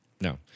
No